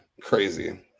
crazy